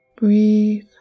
Breathe